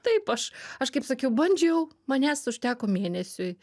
taip aš aš kaip sakiau bandžiau manęs užteko mėnesiui